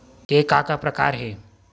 के का का प्रकार हे?